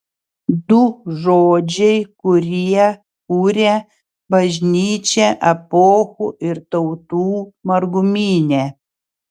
du žodžiai kurie kuria bažnyčią epochų ir tautų margumyne